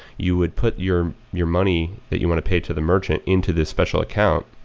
you would put your your money that you want to pay to the merchant into this special account,